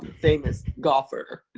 famous golfer.